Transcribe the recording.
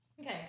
Okay